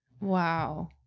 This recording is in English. Wow